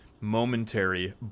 momentary